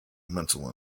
mental